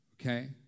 Okay